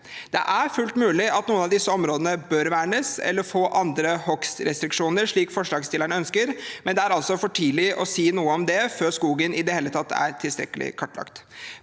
Det er fullt mulig at noen av disse områdene bør vernes eller få andre hogstrestriksjoner, slik forslagsstillerne ønsker, men det er for tidlig å si noe om det før skogen i det hele tatt er tilstrekkelig kartlagt.